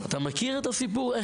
אתה מכיר את הסיפור,